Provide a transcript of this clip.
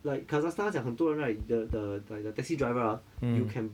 like kazakhstan 他讲很多人 right the the like the taxi driver ah you can